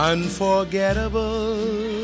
Unforgettable